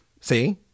See